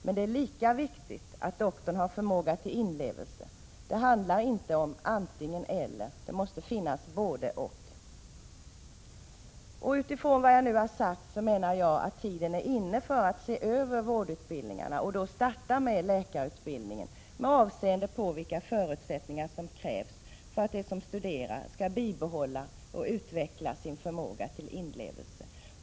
Men det är lika viktigt att doktorn har förmåga till inlevelse. Det handlar inte om ett antingen — eller utan om ett både — och. Utifrån vad jag nu har sagt menar jag att tiden är inne att se över vårdutbildningarna, och då starta med läkarutbildningen, med avseende på vilka förutsättningar som krävs för att de som studerar skall bibehålla och utveckla sin förmåga till inlevelse.